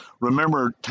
remember